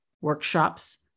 workshops